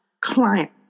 client